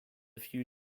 few